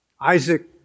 Isaac